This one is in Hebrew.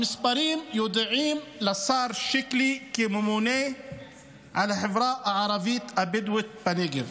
המספרים ידועים לשר שיקלי כממונה על החברה הערבית הבדואית בנגב.